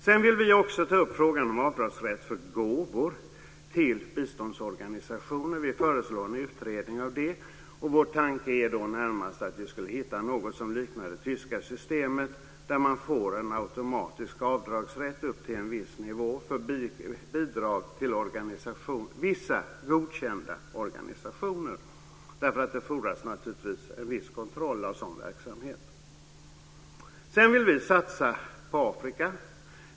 Vi vill också ta upp frågan om avdragsrätt för gåvor till biståndsorganisationer. Vi föreslår en utredning om detta. Vår tanke är närmast att vi skulle hitta något som liknar det tyska systemet, där man får en automatisk avdragsrätt upp till en viss nivå för bidrag till vissa godkända organisationer, därför att det fordras naturligtvis en viss kontroll av sådan verksamhet. Vidare vill vi satsa på Afrika.